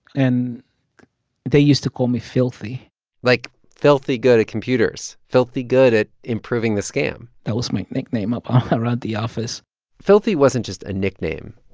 and they used to call me filthy like, filthy good at computers, filthy good at improving the scam that was my nickname but around the office filthy wasn't just a nickname.